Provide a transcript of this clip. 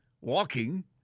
walking